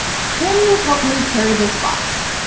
can you help me carry this box?